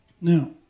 Now